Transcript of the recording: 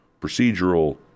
procedural